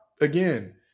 Again